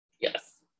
Yes